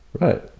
Right